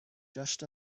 just